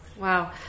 Wow